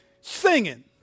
singing